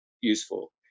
useful